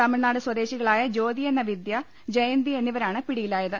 തമിഴ്നാട് സ്വദേശികളായ ജ്യോതി എന്ന വിദ്യ ജയന്തി എന്നിവരാണ് പിടിയിലായത്